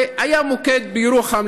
והיה מוקד בירוחם,